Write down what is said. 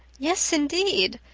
yes, indeed.